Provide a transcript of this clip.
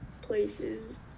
places